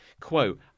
quote